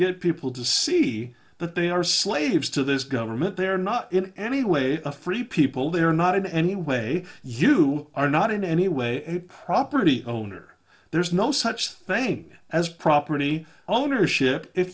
get people to see but they are slaves to this government they are not in any way a free people they are not in any way you are not in any way a property owner there is no such thing as property ownership if